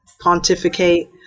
pontificate